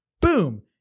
boom